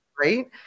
right